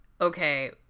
okay